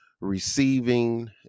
receiving